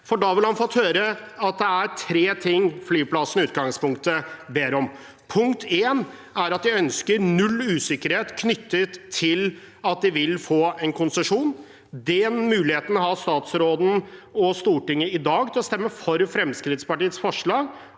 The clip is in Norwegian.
da ville han fått høre at det er tre ting flyplassen i utgangspunktet ber om. Punkt én er at de ønsker null usikkerhet knyttet til at de vil få en konsesjon. Den muligheten har statsråden og Stortinget i dag. De har muligheten til å stemme for Fremskrittspartiets forslag